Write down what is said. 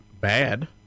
bad